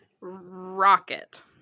Rocket